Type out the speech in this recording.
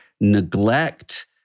neglect